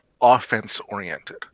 offense-oriented